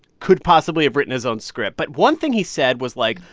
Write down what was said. could possibly have written his own script. but one thing he said was like,